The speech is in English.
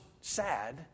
sad